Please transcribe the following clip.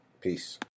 Peace